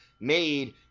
made